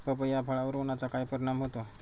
पपई या फळावर उन्हाचा काय परिणाम होतो?